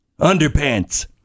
underpants